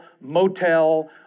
motel